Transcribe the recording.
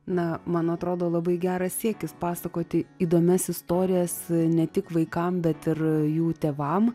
na man atrodo labai geras siekis pasakoti įdomias istorijas ne tik vaikam bet ir jų tėvam